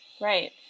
right